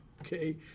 Okay